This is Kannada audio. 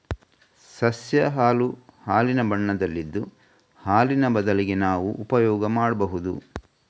ಸಸ್ಯ ಹಾಲು ಹಾಲಿನ ಬಣ್ಣದಲ್ಲಿದ್ದು ಹಾಲಿನ ಬದಲಿಗೆ ನಾವು ಉಪಯೋಗ ಮಾಡ್ಬಹುದು